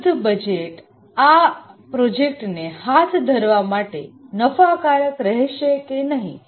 ઉપલબ્ધ બજેટ આ પ્રોજેક્ટને હાથ ધરવા માટે નફાકારક રહેશે કે નહીં